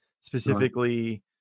specifically